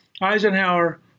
Eisenhower